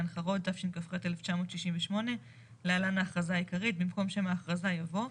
חרוד תשכ"ח-1968 להלן ההכרזה העיקרית במקום שם ההכרזה יבוא: